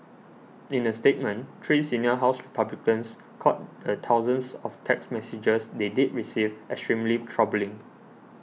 in a statement three senior House Republicans called the thousands of text messages they did receive extremely troubling